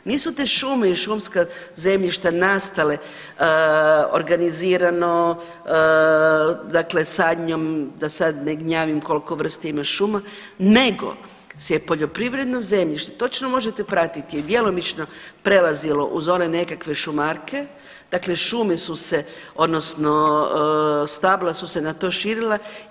Nisu te šume i šumska zemljišta nastale organizirano, dakle sadnjom da sad ne gnjavim koliko vrsta ima šuma nego se poljoprivredno zemljište, točno možete pratiti je djelomično prelazilo uz one nekakve šumarke, dakle šume su se, odnosno stabla su se na to širila.